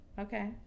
Okay